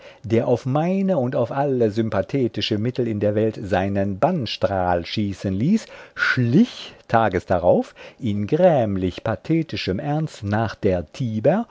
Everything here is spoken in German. der auf meine und auf alle sympathetische mittel in der welt seinen bannstrahl schießen ließ schlich tages darauf in grämlich pathetischem ernst nach der tiber